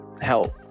help